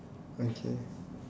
okay